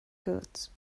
goods